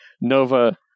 Nova